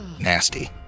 nasty